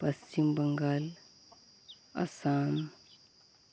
Paschim Bangal Assam